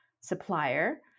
supplier